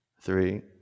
three